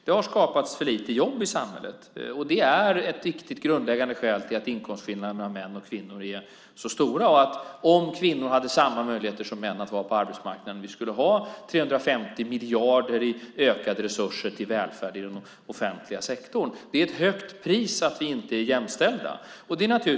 Det har skapats för lite jobb i samhället. Det är ett viktigt grundläggande skäl till att inkomstskillnaderna mellan män och kvinnor är så stora. Om kvinnor hade samma möjligheter som män att vara på arbetsmarknaden skulle vi ha 350 miljarder i ökade resurser till välfärd i den offentliga sektorn. Det är ett högt pris för att vi inte är jämställda.